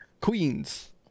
Queens